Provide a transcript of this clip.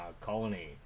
Colony